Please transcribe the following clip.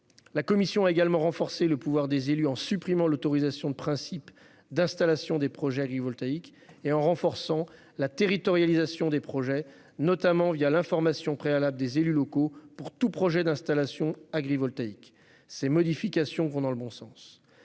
La commission a également renforcé le pouvoir des élus en supprimant l'autorisation de principe d'installation des projets agrivoltaïques et en renforçant la territorialisation des projets, notamment l'information préalable des élus locaux pour tout projet d'installation agrivoltaïque. Ces modifications vont dans le bon sens.